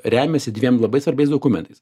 remiasi dviem labai svarbiais dokumentais